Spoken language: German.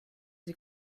sie